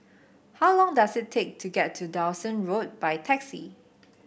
how long does it take to get to Dawson Road by taxi